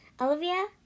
Olivia